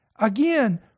Again